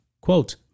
Quote